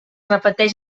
repeteix